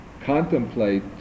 contemplate